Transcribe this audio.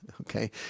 Okay